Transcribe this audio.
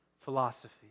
philosophy